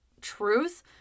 truth